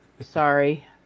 sorry